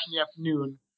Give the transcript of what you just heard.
afternoon